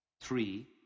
three